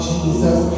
Jesus